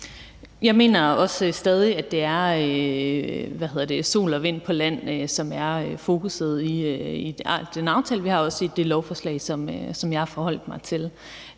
Jeg mener også stadig, at det er sol og vind på land, som er fokusset i den aftale, vi har, og også i det lovforslag, som jeg har forholdt mig til.